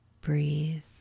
Breathe